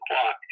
clock